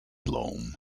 loam